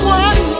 one